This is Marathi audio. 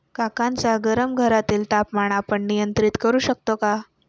काकांच्या गरम घरातील तापमान आपण नियंत्रित करु शकतो का?